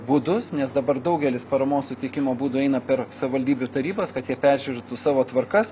būdus nes dabar daugelis paramos suteikimo būdų eina per savivaldybių tarybas kad jie peržiūrėtų savo tvarkas